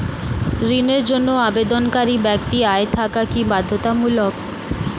ঋণের জন্য আবেদনকারী ব্যক্তি আয় থাকা কি বাধ্যতামূলক?